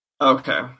Okay